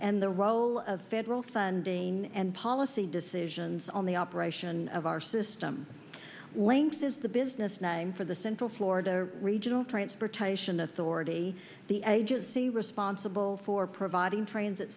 and the role of federal funding and policy decisions on the operation of our system length is the business name for the central florida regional transportation authority the agency responsible for providing transit